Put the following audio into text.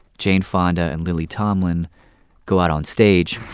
jane fonda and lily tomlin go out on stage.